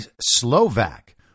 Slovak